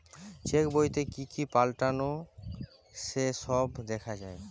check বইতে কি কি পাল্টালো সে সব দেখা যায়